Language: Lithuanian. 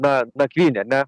na nakvynė ar ne